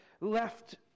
left